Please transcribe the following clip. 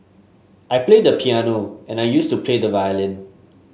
I play the piano and I used to play the violin